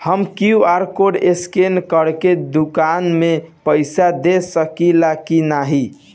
हम QR code scan करके दुकान में पईसा दे सकेला की नाहीं?